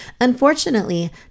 Unfortunately